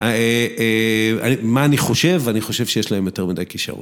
מה אני חושב, אני חושב שיש להם יותר מדי כישרון.